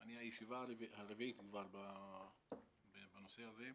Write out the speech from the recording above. אני בישיבה הרביעית כבר בנושא הזה.